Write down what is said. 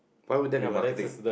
why would there be marketing